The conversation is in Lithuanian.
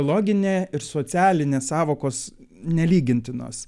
biologinė ir socialinė sąvokos nelygintinos